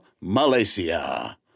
Malaysia